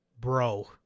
bro